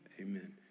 amen